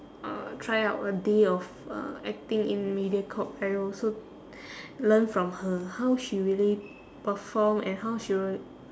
uh try out a day of uh acting in mediacorp I also learn from her how she really perform and how she rea~